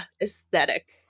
aesthetic